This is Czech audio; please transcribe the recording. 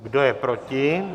Kdo je proti?